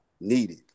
needed